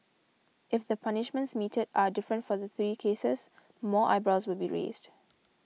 if the punishments meted are different for the three cases more eyebrows will be raised